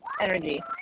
energy